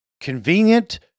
convenient